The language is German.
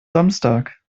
samstag